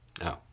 No